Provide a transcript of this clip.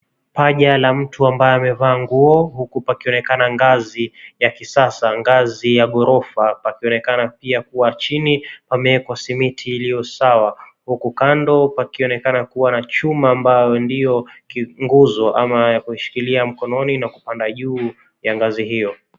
Paja la mtu ambaye amevaa nguo huku pakionekana ngazi ya kisasa, ngazi ya ghorofa, pakionekana pia kuwa chini pameekwa simiti ilio sawa huku kando pakionekana kuwa na chuma ambayo ndio nguzo ama ya kushikilia mkononi na kupanda juu ya ngazi hio.